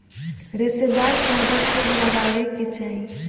रेशेदार पौधा खूब लगावे के चाही